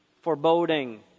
Foreboding